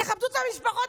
תכבדו את המשפחות